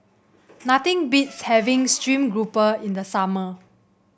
nothing beats having stream grouper in the summer